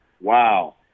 wow